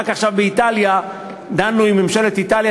רק עכשיו דנו באיטליה עם ממשלת איטליה,